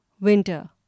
winter